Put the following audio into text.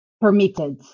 permitted